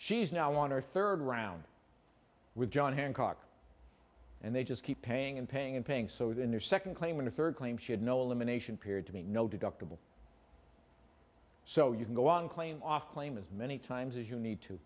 she's now on her third round with john hancock and they just keep paying and paying and paying so in their second claim and a third claim she had no elimination period to me no deductible so you can go on claim off claim as many times as you need to